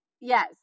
Yes